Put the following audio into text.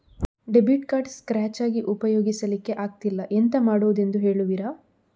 Debit card scratch ಆಗಿ ಉಪಯೋಗಿಸಲ್ಲಿಕ್ಕೆ ಆಗ್ತಿಲ್ಲ, ಎಂತ ಮಾಡುದೆಂದು ಹೇಳುವಿರಾ?